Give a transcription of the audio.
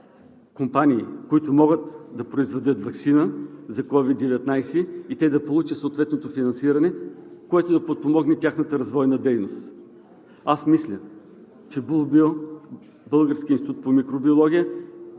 компании, които могат да произведат ваксина за COVID-19, и те да получат съответното финансиране, което да подпомогне тяхната развойна дейност? Аз мисля, че Булбио – Българският институт по микробиология,